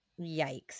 Yikes